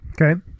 okay